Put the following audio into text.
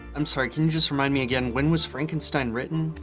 i'm sorry can you just remind me again, when was frankenstein written?